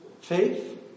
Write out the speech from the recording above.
faith